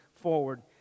forward